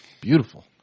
Beautiful